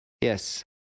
Yes